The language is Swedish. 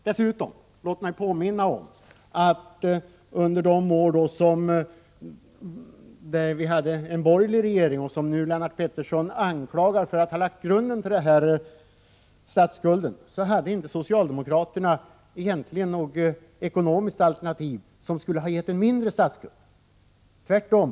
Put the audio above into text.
Låt mig dessutom påminna om att under de år då vi hade en borgerlig regering, som Lennart Pettersson nu anklagar för att ha lagt grunden till statsskulden, hade inte socialdemokraterna något ekonomiskt alternativ som skulle ha givit en mindre statsskuld. Tvärtom!